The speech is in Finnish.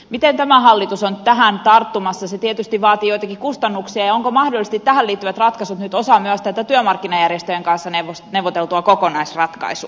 miten tämä hallitus on tähän tarttumassa se tietysti vaatii joitakin kustannuksia ja ovatko mahdollisesti tähän liittyvät ratkaisut nyt myös osa tätä työmarkkinajärjestöjen kanssa neuvoteltua kokonaisratkaisua